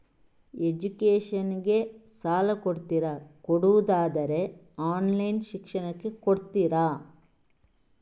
Education ಗೆ ಸಾಲ ಕೊಡ್ತೀರಾ, ಕೊಡುವುದಾದರೆ ಆನ್ಲೈನ್ ಶಿಕ್ಷಣಕ್ಕೆ ಕೊಡ್ತೀರಾ?